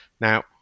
Now